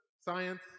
science